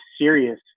serious